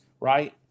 right